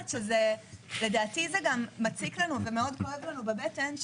לדעתי זה גם מציק וכואב לנו בבטן,